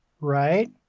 right